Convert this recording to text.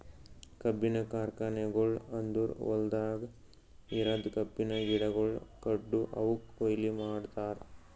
ಕಬ್ಬಿನ ಕಾರ್ಖಾನೆಗೊಳ್ ಅಂದುರ್ ಹೊಲ್ದಾಗ್ ಇರದ್ ಕಬ್ಬಿನ ಗಿಡಗೊಳ್ ಕಡ್ದು ಅವುಕ್ ಕೊಯ್ಲಿ ಮಾಡ್ತಾರ್